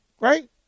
Right